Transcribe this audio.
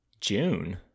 June